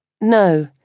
No